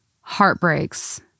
heartbreaks